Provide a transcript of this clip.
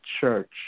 church